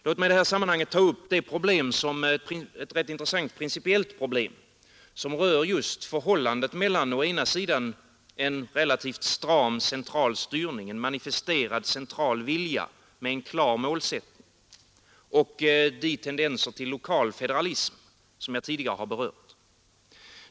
Låt mig i detta sammanhang ta upp ett rätt intressant principiellt problem som rör just förhållandet mellan å ena sidan en relativt stram central styrning, en manifesterad central vilja med en klar målsättning och å andra sidan de tendenser till lokal federalism som jag tidigare berört.